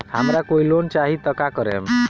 हमरा कोई लोन चाही त का करेम?